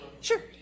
Sure